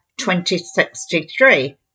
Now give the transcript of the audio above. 2063